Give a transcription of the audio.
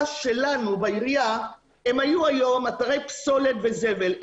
שלנו בעירייה הם היו היום אתרי פסולת וזבל.